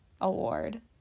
award